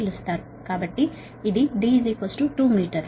కాబట్టి ఇది d 2 metre